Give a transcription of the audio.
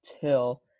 till